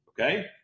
okay